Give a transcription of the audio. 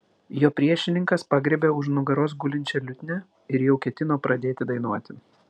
jo priešininkas pagriebė už nugaros gulinčią liutnią ir jau ketino pradėti dainuoti